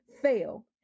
fail